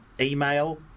email